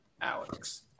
Alex